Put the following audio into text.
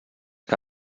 que